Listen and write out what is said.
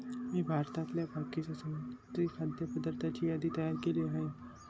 मी भारतातल्या बाकीच्या समुद्री खाद्य पदार्थांची यादी तयार केली आहे